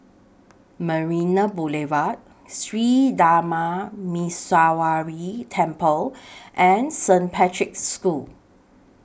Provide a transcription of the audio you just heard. Marina Boulevard Sri Darma Muneeswaran Temple and Saint Patrick's School